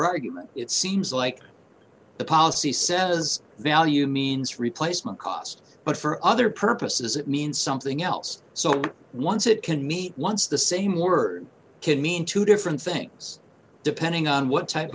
argument it seems like the policy says value means replacement cost but for other purposes it means something else so once it can meet once the same word can mean two different things depending on what type